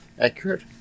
accurate